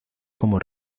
como